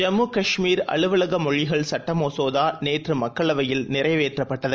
ஜம்முகாஷ்மீர்அலுவலகமொழிகள்சட்டமசோதாநேற்றுமக்களவையில்நிறைவேற்றப்பட்டது